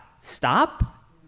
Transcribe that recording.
Stop